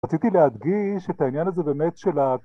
‫רציתי להדגיש את העניין הזה ‫באמת של ה...